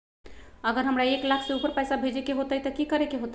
अगर हमरा एक लाख से ऊपर पैसा भेजे के होतई त की करेके होतय?